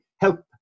help